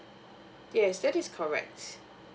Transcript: yes that is correct